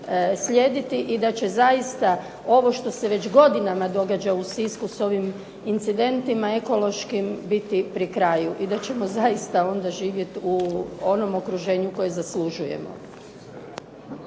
slijediti i da će zaista ovo što se već godinama događa u Sisku s ovim incidentima ekološkim biti pri kraju i da ćemo zaista onda živjeti u onom okruženju koje zaslužujemo.